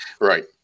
right